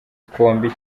twombi